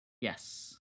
Yes